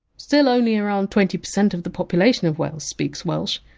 still only around twenty percent of the population of wales speaks welsh,